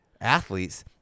athletes